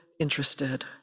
interested